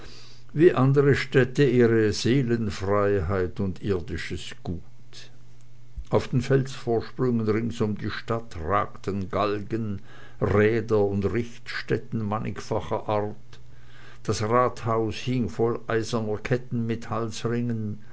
wie andere städte ihre seelenfreiheit und irdisches gut auf den felsvorsprüngen rings um die stadt ragten galgen räder und richtstätten mannigfacher art das rathaus hing voll eiserner ketten mit halsringen